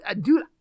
dude